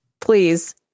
Please